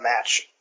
match